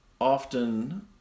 often